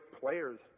players